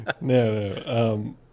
no